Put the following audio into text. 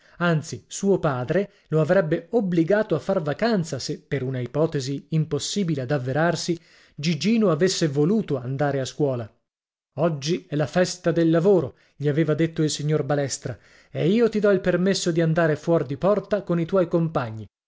anzi suo padre lo avrebbe obbligato a far vacanza se per una ipotesi impossibile ad avverarsi gigino avesse voluto andare a scuola oggi è la festa del lavoro gli aveva detto il signor balestra e io ti dò il permesso di andare fuor di porta con i tuoi compagni